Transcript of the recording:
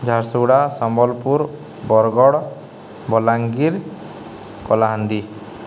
Jharsuguda Sambalpur Bargarh Balangir Kalahandi